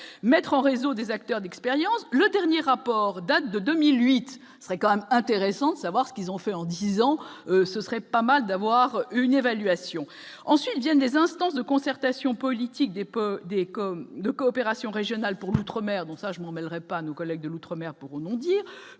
mettre en réseau des acteurs d'expérience, le dernier rapport date de 2008, c'est quand même intéressant de savoir ce qu'ils ont fait en disant ce serait pas mal d'avoir une évaluation ensuite viennent des instances de concertation politique des de coopération régionale pour l'outre-mer donc sagement mêleraient pas nos collègues de l'Outre-mer pour nous dire